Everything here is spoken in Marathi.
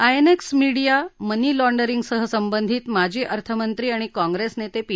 आयएनएक्स मिडिया मनी लॉण्डरिंगसह संबंधित माजी अर्थमंत्री आणि काँग्रेस नेते पी